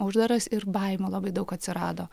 uždaras ir baimių labai daug atsirado